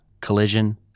collision